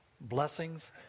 blessings